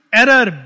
error